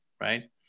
right